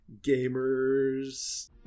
gamers